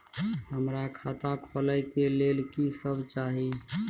हमरा खाता खोले के लेल की सब चाही?